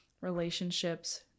relationships